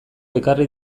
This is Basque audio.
ekarri